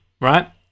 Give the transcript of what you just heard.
right